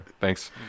Thanks